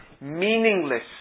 meaningless